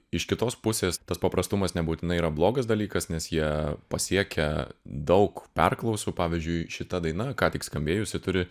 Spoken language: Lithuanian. iš kitos pusės tas paprastumas nebūtinai yra blogas dalykas nes jie pasiekia daug perklausų pavyzdžiui šita daina ką tik skambėjusi turi